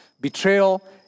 Betrayal